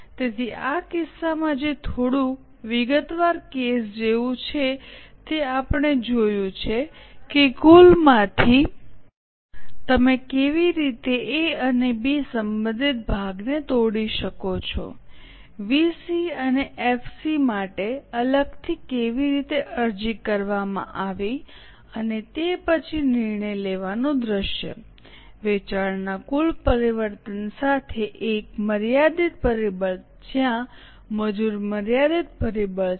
તેથી આ કિસ્સામાં જે થોડું વિગતવાર કેસ જેવું છે તે આપણે જોયું છે કે કુલમાંથી તમે કેવી રીતે એ અને બી સંબંધિત ભાગને તોડી શકો છો વીસી અને એફસી માટે અલગથી કેવી રીતે અરજી કરવામાં આવી અને તે પછી નિર્ણય લેવાનું દૃશ્ય વેચાણના કુલ પરિવર્તન સાથે એક મર્યાદિત પરિબળ જ્યાં મજૂર મર્યાદિત પરિબળ છે